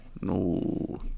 No